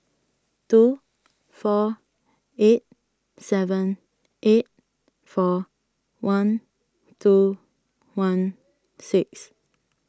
two four eight seven eight four one two one six